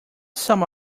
some